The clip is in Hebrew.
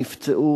נפצעו,